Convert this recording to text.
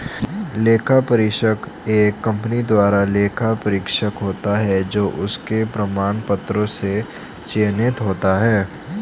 लेखा परीक्षक एक कंपनी द्वारा लेखा परीक्षक होता है जो उसके प्रमाण पत्रों से चयनित होता है